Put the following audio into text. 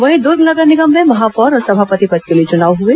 वहीं दूर्ग नगर निगम में महापौर और सभापति पद के लिए चुनाव हुआ